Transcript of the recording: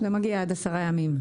זה מגיע עד עשרה ימים.